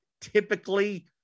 typically